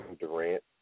Durant